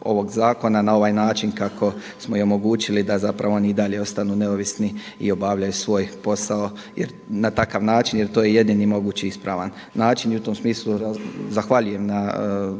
ovog zakona na ovaj način kako smo i omogućili da oni i dalje ostanu neovisni i obavljaju svoj posao jer na takav način jer to je jedini mogući ispravan način. I u tom smislu zahvaljujem na